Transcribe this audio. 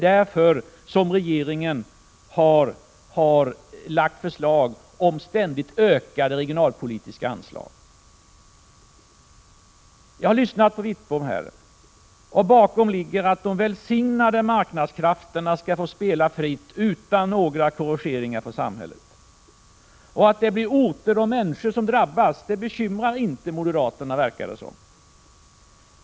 Därför har regeringen lagt förslag om ständigt ökade regionalpolitiska anslag. Jag har lyssnat till Wittbom här. Bakom hans ord ligger att de välsignade marknadskrafterna skall få spela fritt utan några korrigeringar från samhället. Att orter och människor drabbas verkar inte bekymra moderaterna.